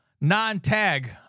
non-tag